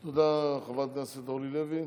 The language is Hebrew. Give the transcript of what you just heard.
תודה, חברת הכנסת אורלי לוי.